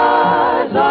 eyes